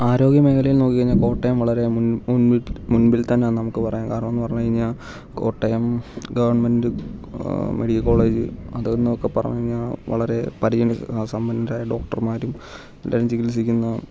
ആരോഗ്യ മേഖലയിൽ നോക്കി കഴിഞ്ഞാൽ കോട്ടയം വളരെ മുമ്പി മുമ്പിൽ മുമ്പിൽ തന്നെ ആന്ന് നമുക്കു പറയാം കാരണം എന്ന് പറഞ്ഞ് കഴിഞ്ഞാൽ കോട്ടയം ഗവൺമെൻറ് മെഡിക്കൽ കോളേജ് അതൊന്ന് ഓക്കെ പറഞ്ഞു കഴിഞ്ഞാൽ വളരെ പരിഗണി സമ്പന്നരായ ഡോക്ടർമാരും എല്ലാം ചികിത്സിക്കുന്ന